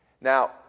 Now